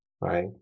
right